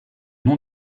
nom